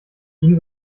ihn